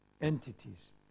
entities